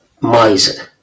miser